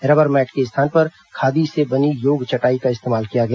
rubber mat के स्थान पर खादी से बनी योग चटाई का इस्तेमाल किया गया